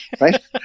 right